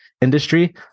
industry